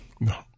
No